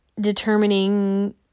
determining